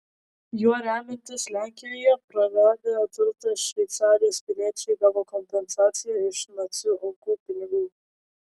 juo remiantis lenkijoje praradę turtą šveicarijos piliečiai gavo kompensaciją iš nacių aukų pinigų